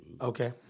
Okay